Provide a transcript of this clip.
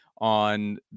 On